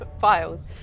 files